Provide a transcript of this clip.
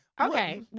Okay